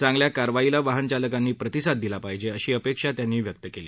चांगल्या कारवाईला वाहन चालकांनी प्रतिसाद दिला पाहिजे अशी अपेक्षा त्यांनी व्यक्त केली